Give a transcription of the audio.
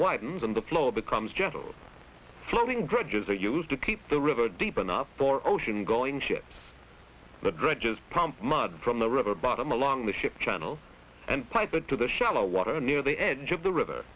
widens and the flow becomes just a floating dredges are used to keep the river deep enough for ocean going ships the dredges prompt mud from the river bottom along the ship channel and pipe it to the shallow water near the edge of the river